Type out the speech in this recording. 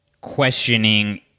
questioning